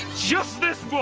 just this